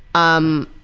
um,